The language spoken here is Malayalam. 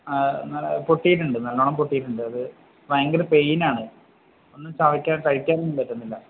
ആ പൊട്ടിയിട്ടുണ്ട് നല്ലവണ്ണം പൊട്ടിയിട്ടുണ്ട് അത് ഭയങ്കരം പെയ്നാണ് ഒന്നും ചവയ്ക്കാനും കഴിക്കാനുമൊന്നും പറ്റുന്നില്ല